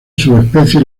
subespecie